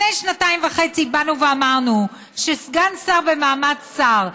לפני שנתיים וחצי באנו ואמרנו שסגן שר במעמד שר,